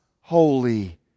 Holy